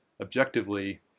objectively